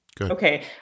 Okay